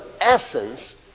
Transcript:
essence